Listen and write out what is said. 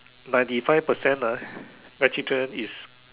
ninety five percent ah vegetarian is